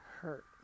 hurt